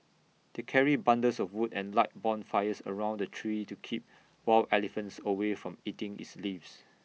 they carried bundles of wood and light bonfires around the tree to keep wild elephants away from eating its leaves